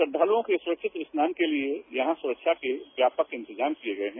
श्रक्षालुओं के सुरक्षित स्नान के लिये यहां सुरक्षा के व्यापक इंतजाम किये गये हैं